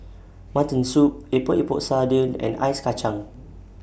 Mutton Soup Epok Epok Sardin and Ice Kacang